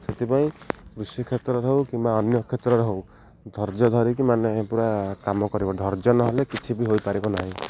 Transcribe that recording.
ସେଥିପାଇଁ କୃଷି କ୍ଷେତ୍ରରେ ହଉ କିମ୍ବା ଅନ୍ୟ କ୍ଷେତ୍ରରେ ହଉ ଧୈର୍ଯ୍ୟ ଧରିକି ମାନେ ପୁରା କାମ କରିବ ଧର୍ଯ୍ୟ ନହଲେ କିଛି ବି ହୋଇପାରିବ ନାହିଁ